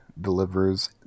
delivers